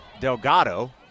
Delgado